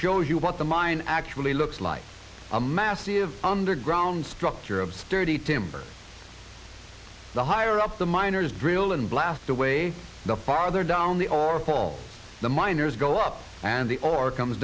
shows you what the mine actually looks like a massive underground structure of sturdy timber the higher up the miners drill and blast away the farther down the or fall the miners go up and the or comes